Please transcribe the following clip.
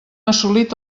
assolit